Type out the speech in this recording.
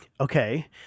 Okay